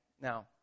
Now